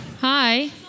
Hi